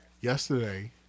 yesterday